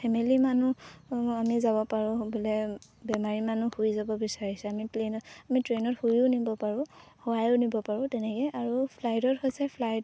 family মানুহ আমি যাব পাৰোঁ বোলে বেমাৰী মানুহ শুই যাব বিচাৰিছে আমি প্লেইনত আমি ট্ৰেইনত শুইও নিব পাৰোঁ শোৱায়ো নিব পাৰোঁ তেনেকৈ আৰু ফ্লাইটত হৈছে ফ্লাইট